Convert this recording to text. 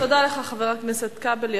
תודה לך, חבר הכנסת כבל.